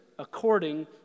According